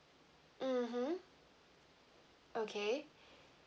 mmhmm okay